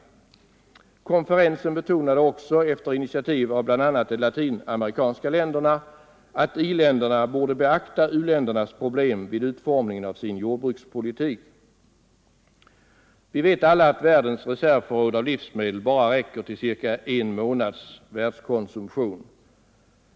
Konferensen betonade också, efter initiativ av bl.a. de latinamerikanska länderna, att i-länderna borde beakta u-ländernas problem vid utformningen av sin jordbrukspolitik. Vi vet alla att världens reservförråd av livsmedel bara räcker till cirka en månads världskonsumtion.